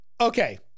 Okay